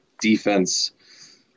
defense